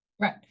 Right